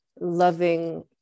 loving